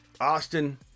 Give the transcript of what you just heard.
Austin